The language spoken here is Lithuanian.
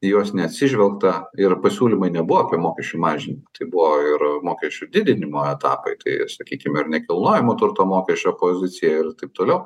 į juos neatsižvelgta ir pasiūlymai nebuvo apie mokesčių mažinimą tai buvo ir mokesčių didinimo etapai tai ir sakykime ir nekilnojamo turto mokesčio pozicija ir taip toliau